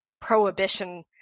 prohibition